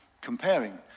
comparing